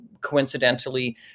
coincidentally